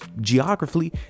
geographically